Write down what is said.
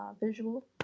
visual